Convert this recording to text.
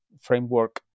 framework